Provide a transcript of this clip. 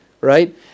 right